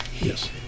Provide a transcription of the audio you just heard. Yes